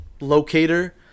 locator